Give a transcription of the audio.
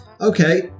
Okay